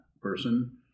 person